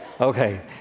Okay